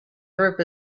group